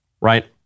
Right